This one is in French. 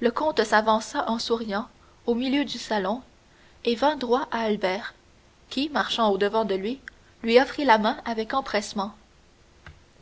le comte s'avança en souriant au milieu du salon et vint droit à albert qui marchant au-devant de lui lui offrit la main avec empressement